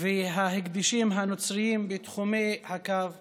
וההקדשים הנוצריים בתחומי הקו הירוק.